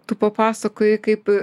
tu papasakojai kaip